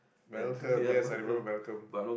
Malcolm yes I remember Malcolm